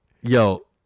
Yo